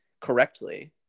correctly